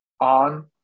on